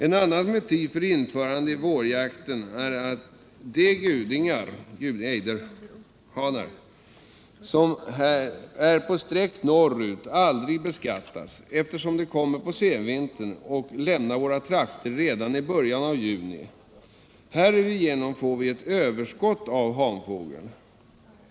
Ett annat motiv för införande av vårjakt är att de gudingar, ejderhanar, som är på sträck norrut aldrig beskattas, eftersom de kommer på senvintern och lämnar våra trakter redan i början av juni. Härigenom får vi ett överskott av hanfågel.